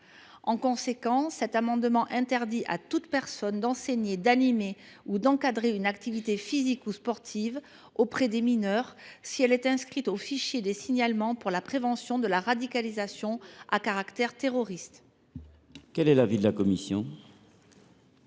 Par conséquent, il s’agit d’interdire à toute personne d’enseigner, d’animer ou d’encadrer une activité physique ou sportive auprès des mineurs si elle est inscrite dans le fichier de traitement des signalements pour la prévention de la radicalisation à caractère terroriste. Quel est l’avis de la commission ?